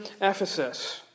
Ephesus